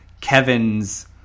Kevin's